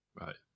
Right